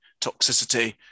toxicity